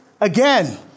again